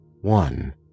one